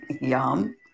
Yum